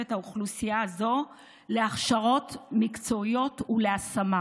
האוכלוסייה הזו להכשרות מקצועיות ולהשמה.